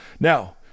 now